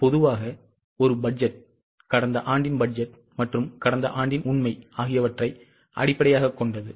பொதுவாக ஒரு பட்ஜெட் கடந்த ஆண்டின் பட்ஜெட் மற்றும் கடந்த ஆண்டின் உண்மை ஆகியவற்றை அடிப்படையாகக் கொண்டது